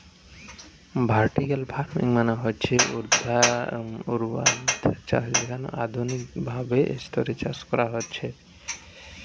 vertical farming মানে হতিছে ঊর্ধ্বাধ চাষ যেখানে আধুনিক ভাবে স্তরে চাষ করা হতিছে